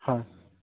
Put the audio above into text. হয়